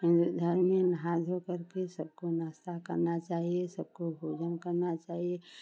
हिन्दू धर्म में नहा धो करके सबको नाश्ता करना चाहिए सबको भोजन करना चाहिए